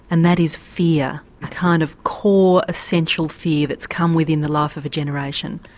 and that is fear, a kind of core essential fear that's come within the life of a generation.